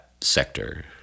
sector